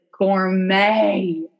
gourmet